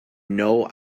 know